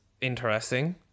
interesting